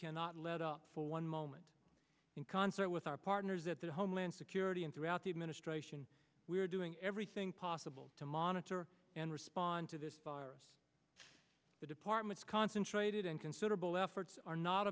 cannot let up for one moment in concert with our partners at the homeland security and throughout the administration we are doing everything possible to monitor and respond to this virus the department's concentrated and considerable efforts are not